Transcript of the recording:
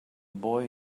boy